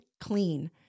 clean